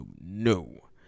no